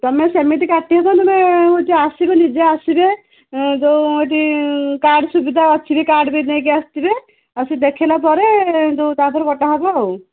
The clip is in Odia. ତମେ ସେମିତି କାଟିବ ନନେ ହେଉଛି ଆସିବ ନିଜେ ଆସିବେ ଉଁ ଯୋଉ ଏଠି କାର୍ଡ଼ ସୁବିଧା ଅଛି ବି କାର୍ଡ଼ ବି ନେଇକି ଆସିଥିବେ ଆସି ଦେଖେଇଲା ପରେ ଯୋଉ ତାପରେ କଟାହେବ